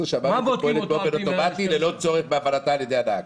שהמערכת עובדת באופן אוטומטי ללא צורך בהפעלתה על ידי הנהג?